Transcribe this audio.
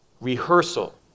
rehearsal